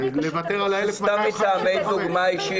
לוותר על ה-1,250 --- סתם מטעמי דוגמה אישית.